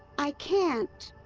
i can't!